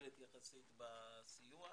מוגבלת יחסית בסיוע.